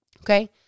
okay